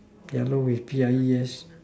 yellow with no P I E yes